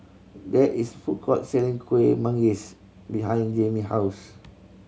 there is food court selling Kuih Manggis behind Jayme house